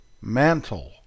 Mantle